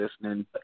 listening